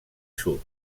sud